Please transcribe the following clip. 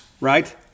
right